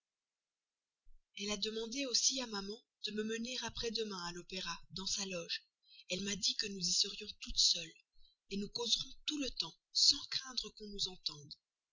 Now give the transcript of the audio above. elle a demandé aussi à maman de me mener après-demain à l'opéra dans sa loge elle m'a dit que nous y serions toutes seules nous causerons tout le temps sans craindre qu'on nous entende